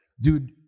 dude